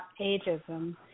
ageism